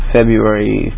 February